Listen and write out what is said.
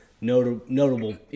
notable